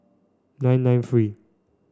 nine nine three